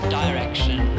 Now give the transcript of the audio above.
direction